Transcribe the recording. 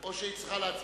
או שהיא צריכה להצביע?